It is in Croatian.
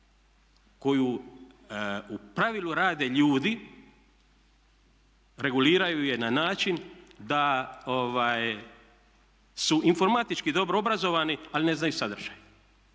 koju u pravilu rade ljudi, reguliraju je na način da su informatički dobro obrazovani, ali ne znaju sadržaj.